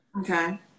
Okay